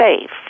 safe